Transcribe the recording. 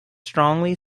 strongly